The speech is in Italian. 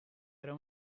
era